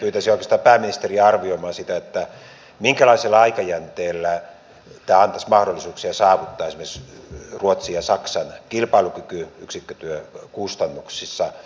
pyytäisin oikeastaan pääministeriä arvioimaan sitä minkälaisella aikajänteellä tämä antaisi mahdollisuuksia saavuttaa esimerkiksi ruotsin ja saksan kilpailukyky yksikkötyökustannuksissa